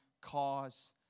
cause